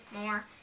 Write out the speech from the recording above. more